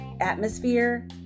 atmosphere